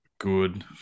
Good